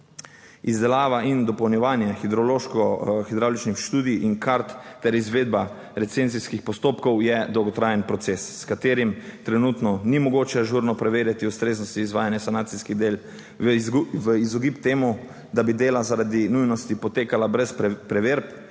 Izdelava in dopolnjevanje hidrološko hidravličnih študij in kart ter izvedba recenzijskih postopkov, je dolgotrajen proces, s katerim trenutno ni mogoče ažurno preverjati ustreznosti izvajanja sanacijskih del v izogib temu, da bi dela, zaradi nujnosti potekala brez preverb